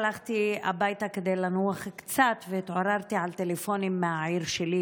הלכתי הביתה כדי לנוח קצת והתעוררתי מטלפונים מהעיר שלי,